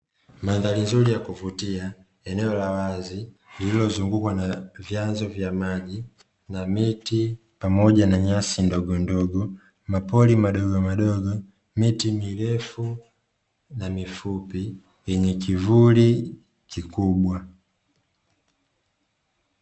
Mandhari nzuri ya kuvutia, eneo la wazi lililozungukwa na vyanzo vya maji na miti pamoja na nyasi ndogondogo. Mapori madogomadogo, miti mirefu na mifupi yenye kivuli kikubwa.